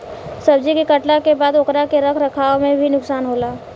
सब्जी के काटला के बाद ओकरा के रख रखाव में भी नुकसान होला